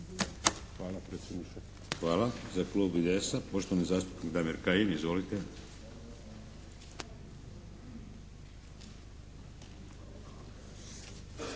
Hvala. Za Klub IDS-a poštovani zastupnik Damir Kajin. Izvolite.